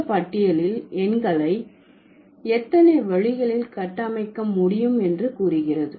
இந்த பட்டியலில் எண்களை எத்தனை வழிகளில் கட்டமைக்க முடியும் என்று கூறுகிறது